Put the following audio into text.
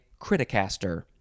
criticaster